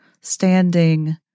standing